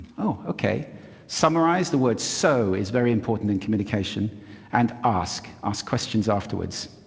oh, ok summarize the word so is very important in communication and ask, ask questions afterwards.